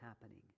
happening